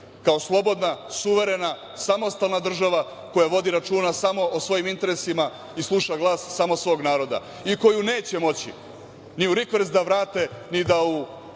kao slobodna, suverena, samostalna država koja vodi računa samo o svojim interesima i sluša glas samo svog naroda i koju neće moći ni u rikverc da vrate ni da u